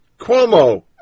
Cuomo